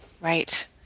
Right